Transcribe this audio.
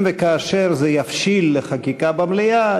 אם וכאשר זה יבשיל לחקיקה במליאה,